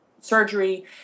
surgery